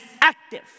active